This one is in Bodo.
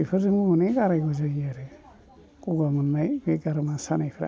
बेफोरजों अनेख आरायग' जायो आरो गगा मोननाय बे गारामा सानायफ्रा